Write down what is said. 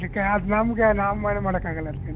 ಅದಕ್ಕೆ ಅದು ನಮಗೆ ನಾವು ಏನೂ ಮಾಡೋಕ್ಕಾಗಲ್ಲ ಅದಕ್ಕೆ